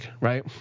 right